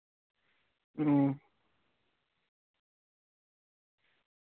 ᱦᱩᱸ